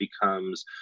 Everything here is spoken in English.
becomes